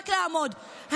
רק לעמוד,